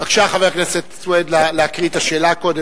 בבקשה, חבר הכנסת סוייד, להקריא את השאלה קודם.